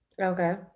Okay